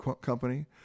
company